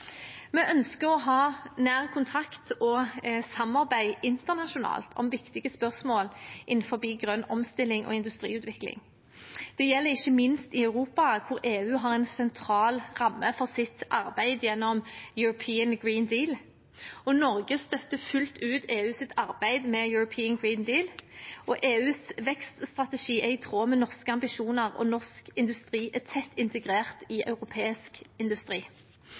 Vi ønsker å ha nær kontakt og samarbeid internasjonalt om viktige spørsmål innenfor grønn omstilling og industriutvikling. Det gjelder ikke minst i Europa, hvor EU har en sentral ramme for sitt arbeid gjennom European Green Deal. Norge støtter fullt ut EUs arbeid med European Green Deal. EUs vekststrategi er i tråd med norske ambisjoner, og norsk industri er tett integrert i europeisk industri.